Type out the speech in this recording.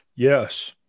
Yes